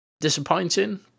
disappointing